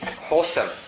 wholesome